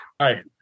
Hi